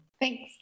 Thanks